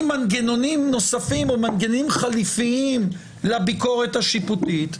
מנגנונים נוספים או מנגנונים חליפיים לביקורת השיפוטית,